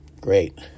Great